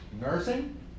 Nursing